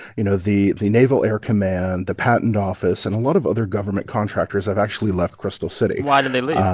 you know, the the naval air command, the patent office and a lot of other government contractors have actually left crystal city why did they leave?